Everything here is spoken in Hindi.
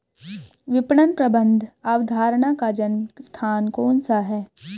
विपणन प्रबंध अवधारणा का जन्म स्थान कौन सा है?